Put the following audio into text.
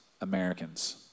Americans